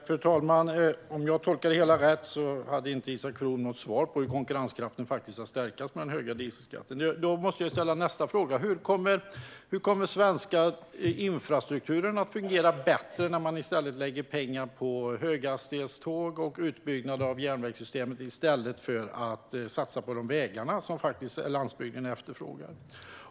Fru talman! Om jag tolkar det hela rätt hade Isak From inte något svar på hur konkurrenskraften faktiskt ska stärkas med den höga dieselskatten. Då måste jag ställa nästa fråga: Hur kommer den svenska infrastrukturen att fungera bättre när man lägger pengar på höghastighetståg och utbyggnad av järnvägssystemet i stället för att satsa på de vägar som landsbygden faktiskt efterfrågar?